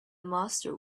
master